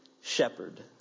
shepherd